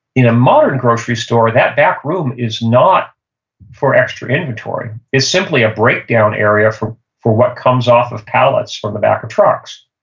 in a modern grocery store, that backroom is not for extra inventory. it's simply a breakdown area for for what comes off the pallets from the back of trucks.